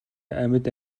амьд